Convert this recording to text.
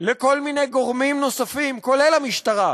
של כל מיני גורמים נוספים, כולל המשטרה,